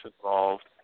involved